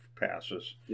passes